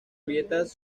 grietas